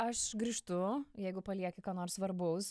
aš grįžtu jeigu palieki ką nors svarbaus